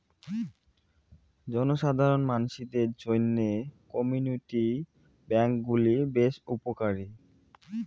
জনসাধারণ মানসিদের জইন্যে কমিউনিটি ব্যাঙ্ক গুলি বেশ উপকারী